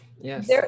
yes